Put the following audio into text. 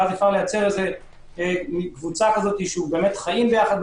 ואז אפשר לייצר קבוצה שחיים יחד,